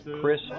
Chris